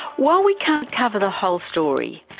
while we can't cover the whole story,